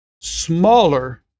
smaller